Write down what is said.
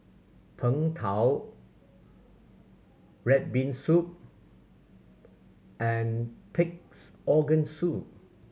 Png Tao red bean soup and Pig's Organ Soup